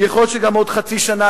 יכול להיות שגם בעוד חצי שנה,